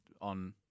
on –